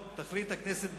תחליט הכנסת בעניין.